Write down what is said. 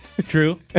True